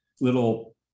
little